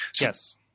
Yes